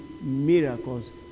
miracles